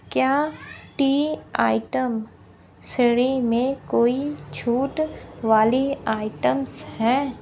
क्या tea item श्रेणी में कोई छूट वाली आइटम्स हैं